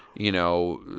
you know,